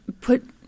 Put